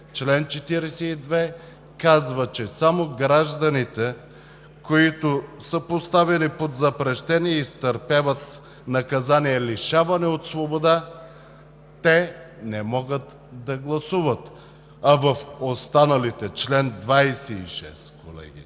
Член 42 казва, че само гражданите, които са поставени под запрещение и изтърпяват наказание лишаване от свобода, не могат да гласуват. А в останалите – особено